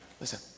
listen